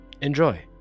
Enjoy